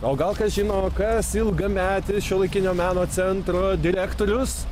o gal kas žino kas ilgametis šiuolaikinio meno centro direktorius